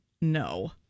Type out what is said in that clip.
No